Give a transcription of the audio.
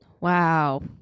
wow